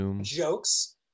jokes